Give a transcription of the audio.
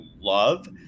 love